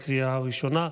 לקריאה ראשונה.